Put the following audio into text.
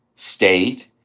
state,